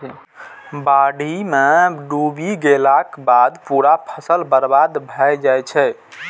बाढ़ि मे डूबि गेलाक बाद पूरा फसल बर्बाद भए जाइ छै